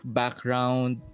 background